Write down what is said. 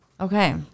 Okay